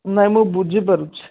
ନାଇଁ ମୁଁ ବୁଝିପାରୁଛି